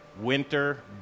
Winter